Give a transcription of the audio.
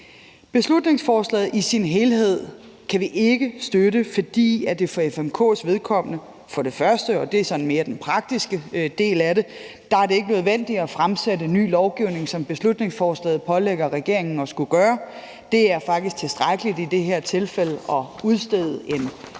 beslutningsforslaget i sin helhed kan vi ikke støtte, fordi det for FMK's vedkommende – og det er sådan den mere praktiske del af det – ikke er nødvendigt at lægge ny lovgivning frem, sådan som beslutningsforslaget pålægger regeringen at gøre. Det er faktisk tilstrækkeligt i det her tilfælde at udstede en bekendtgørelse.